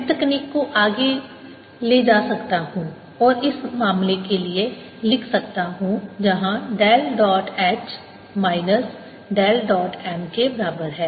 मैं तकनीक को आगे ले जा सकता हूं और ऐसे मामलों के लिए लिख सकता हूं जहां del dot H minus del dot M के बराबर है